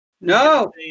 No